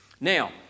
Now